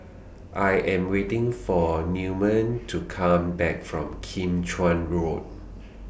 I Am waiting For Newman to Come Back from Kim Chuan Road